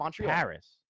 Paris